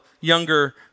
younger